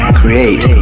create